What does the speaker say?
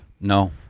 No